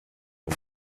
und